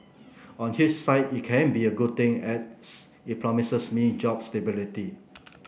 on it can be a good thing as it promises me job stability